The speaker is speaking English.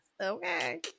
Okay